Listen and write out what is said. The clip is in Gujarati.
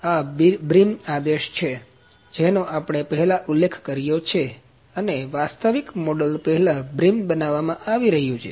આ બ્રિમ આદેશ છે જેનો આપણે પહેલાં ઉલ્લેખ કર્યો છે અને વાસ્તવિક મોડેલ પહેલાં બ્રિમ બનાવવામાં આવી રહ્યું છે